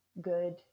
good